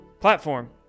platform